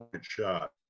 shot